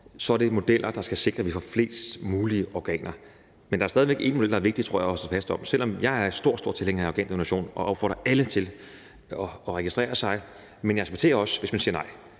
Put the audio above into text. så er det modeller, der skal sikre, at vi får flest mulige organer, men der er stadig væk én model, der er vigtig, tror jeg, at stå fast på. Selv om jeg er stor, stor tilhænger af organdonation og opfordrer alle til at registrere sig, respekterer jeg også, hvis man siger nej,